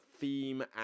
theme